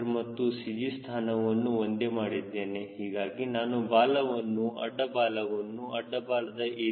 c ಮತ್ತು CG ಸ್ಥಾನವನ್ನು ಒಂದೇ ಮಾಡಿದ್ದೇನೆಹೀಗಾಗಿ ನಾನು ಈ ಬಾಲವನ್ನು ಅಡ್ಡ ಬಾಲವನ್ನು ಅಡ್ಡ ಬಾಲದ a